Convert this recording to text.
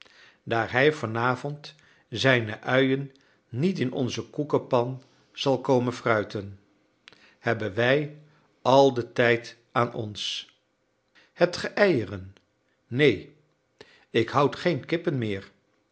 daar hij vanavond zijne uien niet in onze koekepan zal komen fruiten hebben wij al den tijd aan ons hebt ge eieren neen ik houd geen kippen meer